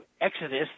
exodus